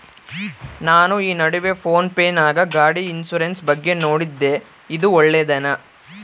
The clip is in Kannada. ನಾನು ಈ ನಡುವೆ ಫೋನ್ ಪೇ ನಾಗ ಗಾಡಿ ಇನ್ಸುರೆನ್ಸ್ ಬಗ್ಗೆ ನೋಡಿದ್ದೇ ಇದು ಒಳ್ಳೇದೇನಾ?